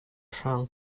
hrang